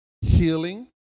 Healing